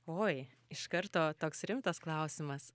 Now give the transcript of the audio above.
oi iš karto toks rimtas klausimas